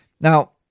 Now